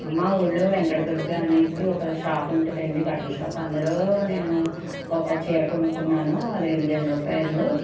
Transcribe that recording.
మా ఊళ్ళో వెంకట దుర్గ అనేసి ఒక షాప్ ఉంటుందండి బట్టల షాపు అందులో నేను ఒక చీర కొనుక్కున్నాను అది రెండువేల రూపాయలు